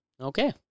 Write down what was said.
Okay